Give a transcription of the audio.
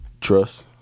Trust